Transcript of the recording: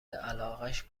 علاقش